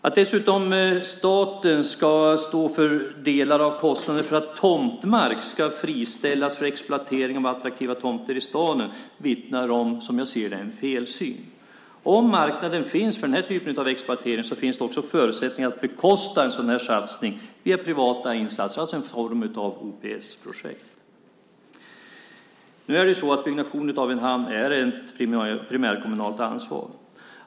Att dessutom staten ska stå för delar av kostnaden för att tomtmark ska friställas för exploatering av attraktiva tomter i staden vittnar om en felsyn. Om marknaden finns för den typen av exploatering finns det också förutsättningar att bekosta en sådan satsning genom privata insatser, en form av OPS-projekt. Byggnationen av en hamn är ett primärkommunalt ansvar.